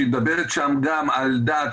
שמדברת על דת,